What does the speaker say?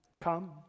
Come